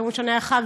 ביום ראשון היה חג.